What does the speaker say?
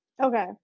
okay